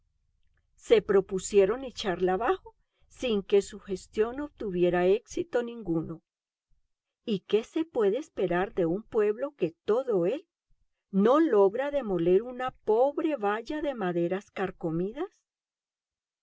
se propusieron echarla abajo sin que su gestión obtuviera éxito ninguno y qué se puede esperar de un pueblo que todo él no logra demoler una pobre valla de maderas carcomidas